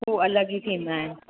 हू अलॻि ई थींदा आहिनि